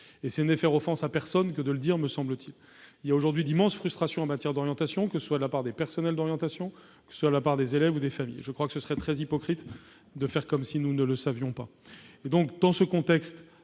Ce n'est faire offense à personne que de le dire, me semble-t-il : il y a aujourd'hui d'immenses frustrations en matière d'orientation, que ce soit de la part des personnels d'orientation, des élèves ou des familles. Il serait très hypocrite de faire comme si nous ne le savions pas. Dans ce contexte,